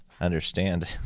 understand